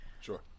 Sure